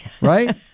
right